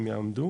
הם יעמדו